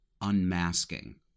unmasking